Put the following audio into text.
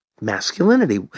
Masculinity